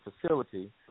facility